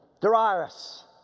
Darius